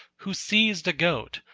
who seized a goat,